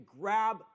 grab